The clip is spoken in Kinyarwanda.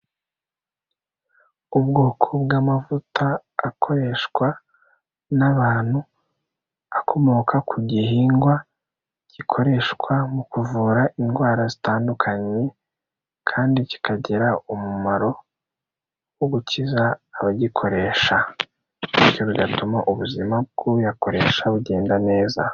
Ubwoko bw'amavuta akoreshwa n'abantu, akomoka ku gihingwa gikoreshwa mu kuvura indwara zitandukanye, kandi kikagira umumaro, wo gukiza abagikoresha. Bityo bigatuma ubuzima bw'uyakoresha, bugenda neza.